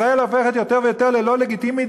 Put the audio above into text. ישראל הופכת יותר ויותר לא לגיטימית,